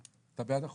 אתה בעד החוק.